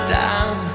down